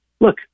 Look